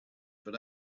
but